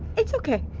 it's okay.